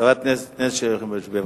חברת הכנסת שלי יחימוביץ, בבקשה.